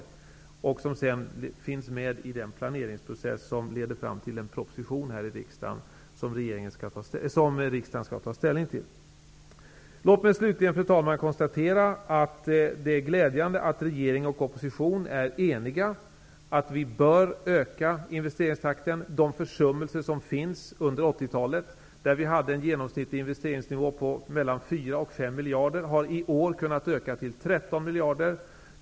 Projekten skall sedan finnas med i den planeringsprocess som skall leda fram till en proposition som riksdagen sedan skall få ta ställning till. Fru talman! Låt mig konstatera att det är glädjande att regeringen och oppositionen är eniga om att vi bör öka investeringstakten. Under 1980-talet var den genomsnittliga investeringsnivån 4--5 miljarder kronor. I år har investeringarna ökat till 13 miljarder kronor.